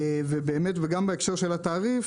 גם בהקשר של התעריף,